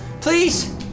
please